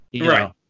Right